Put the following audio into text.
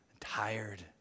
tired